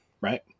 right